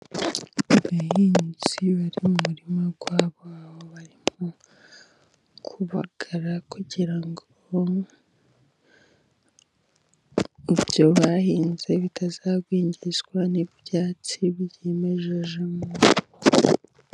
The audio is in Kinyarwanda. Abahinzi bari mu murima wabo aho barimo kubagara, kugira ngo ibyo bahinze bitazagwingizwa n'ibyatsi byimejejemo.